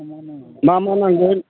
मा मा नांगोन